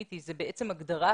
זה גם אתגר.